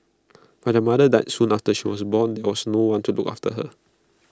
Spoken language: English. but their mother died soon after she was born there was no one to look after her